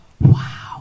wow